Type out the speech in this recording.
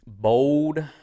bold